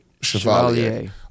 Chevalier